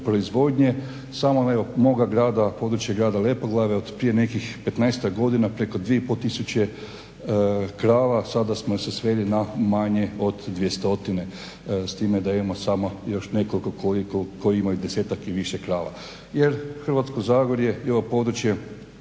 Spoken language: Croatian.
proizvodnje samo evo moga grada, područje grada Lepoglave od prije nekih 15-tak godina preko 2500 krava sada smo se sveli na manje od 200, s time da imamo samo još nekoliko koji imaju 10-tak i više krava jer Hrvatsko zagorje i ovo područje